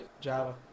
Java